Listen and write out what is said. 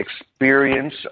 experience